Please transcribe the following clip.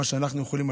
מה שאנחנו יכולים,